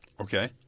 Okay